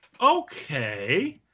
okay